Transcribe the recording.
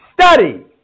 study